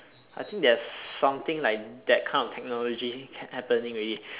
I think there is something like that kind of technology happening already